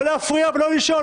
לא להפריע ולא לשאול.